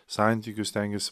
santykius stengias